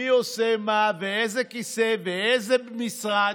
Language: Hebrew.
מי עושה מה, ואיזה כיסא, ואיזה משרד.